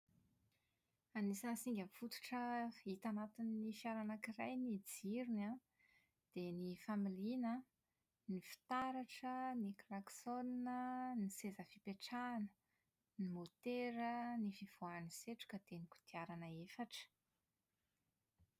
Anisan'ny singa fototra hita anatin'ny fiara anankiray: ny jirony an, dia ny familiana an, ny fitaratra, ny klakson, ny seza fipetrahana, ny motera, ny fivoahan'ny setroka dia ny kodiarana efatra.